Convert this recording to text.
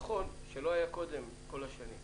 שלא היה בכל השנים הקודמות.